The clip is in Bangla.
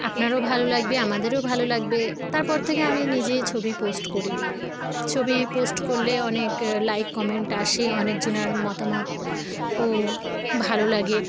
আপনারও ভালো লাগবে আমাদেরও ভালো লাগবে তারপর থেকে আমি নিজেই ছবি পোস্ট করি ছবি পোস্ট করলে অনেক লাইক কমেন্ট আসে অনেক জনার মতামত ও ভালো লাগে